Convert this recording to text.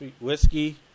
whiskey